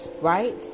right